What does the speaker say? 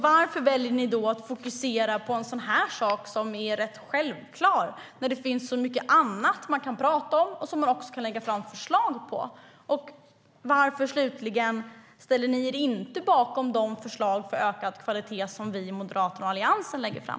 Varför väljer ni då att fokusera på en sak som är rätt självklar när det finns så mycket annat att prata om och lägga fram förslag på? Varför ställer ni inte er bakom de förslag för ökad kvalitet som vi i Moderaterna och Alliansen lägger fram?